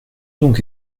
donc